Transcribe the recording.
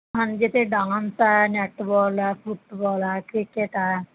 ਹਾਂਜੀ ਇੱਥੇ ਡਾਂਸ ਹੈ ਨੈਟਵਾਲ ਆ ਫੁਟਬਾਲ ਆ ਕ੍ਰਿਕੇਟ ਆ